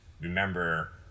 remember